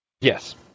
Yes